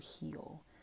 heal